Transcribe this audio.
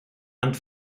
and